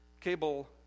cable